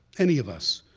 any of us,